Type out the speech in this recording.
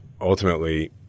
ultimately